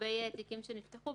לגבי תיקים שנפתחו,